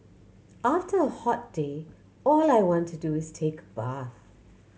after a hot day all I want to do is take a bath